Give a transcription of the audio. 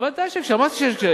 ודאי שיש, אמרתי שיש קשיים.